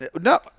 No